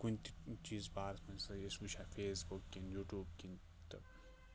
کُنہِ تہِ چیٖز بارَس منٛز چھِ أسۍ وٕچھان فیس بُک کِنۍ یوٗٹیوٗب کِنۍ تہٕ